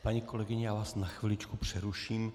Paní kolegyně, já vás na chviličku přeruším.